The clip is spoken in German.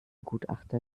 gutachter